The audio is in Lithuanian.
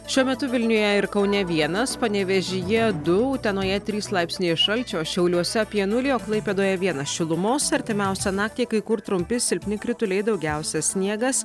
šiuo metu vilniuje ir kaune vienas panevėžyje du utenoje trys laipsniai šalčio šiauliuose apie nulį o klaipėdoje vienas šilumos artimiausią naktį kai kur trumpi silpni krituliai daugiausia sniegas